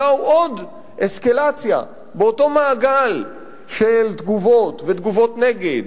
אלא הוא עוד אסקלציה באותו מעגל של תגובות ותגובות נגד,